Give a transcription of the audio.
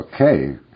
okay